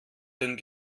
den